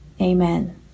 amen